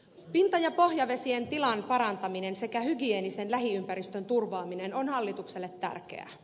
pinta ja pohjavesien tilan parantaminen sekä hygieenisen lähiympäristön turvaaminen on hallitukselle tärkeää